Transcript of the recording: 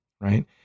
right